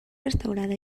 restaurada